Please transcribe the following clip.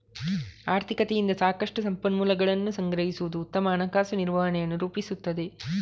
ಆರ್ಥಿಕತೆಯಿಂದ ಸಾಕಷ್ಟು ಸಂಪನ್ಮೂಲಗಳನ್ನು ಸಂಗ್ರಹಿಸುವುದು ಉತ್ತಮ ಹಣಕಾಸು ನಿರ್ವಹಣೆಯನ್ನು ರೂಪಿಸುತ್ತದೆ